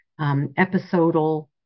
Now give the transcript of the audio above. episodal